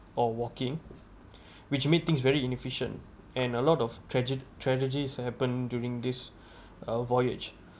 or walking which make this very inefficient and a lot of trag~ tragedies happen during this uh voyage